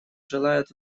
желает